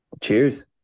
Cheers